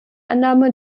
annahme